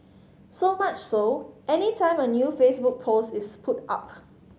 so much so any time a new Facebook post is put up